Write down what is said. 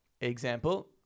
Example